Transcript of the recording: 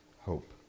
hope